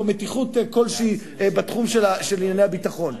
או מתיחות כלשהי בתחום של ענייני הביטחון,